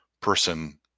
person